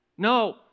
No